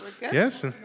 Yes